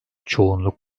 çoğunluk